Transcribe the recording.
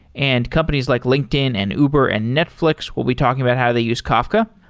and companies like linkedin and uber and netflix will be talking about how they use kafka.